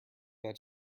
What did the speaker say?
that